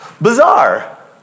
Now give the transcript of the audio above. Bizarre